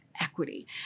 equity